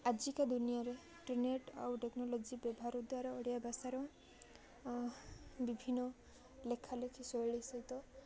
ଆଜିକା ଦୁନିଆରେ ଇଣ୍ଟର୍ନେଟ୍ ଆଉ ଟେକ୍ନୋଲୋଜି ବ୍ୟବହାର ଦ୍ୱାରା ଓଡ଼ିଆ ଭାଷାର ବିଭିନ୍ନ ଲେଖାଲେଖି ଶୈଳୀ ସହିତ